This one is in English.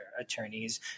attorneys